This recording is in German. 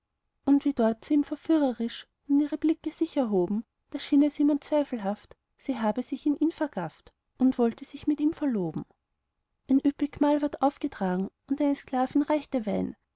tisch wie dort zu ihm verführerisch nun ihre blicke sich erhoben da schien es ihm unzweifelhaft sie habe sich in ihn vergafft und wolle sich mit ihm verloben ein üppig mahl ward aufgetragen und eine sklavin reichte wein